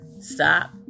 Stop